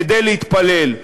כדי להתפלל.